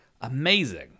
amazing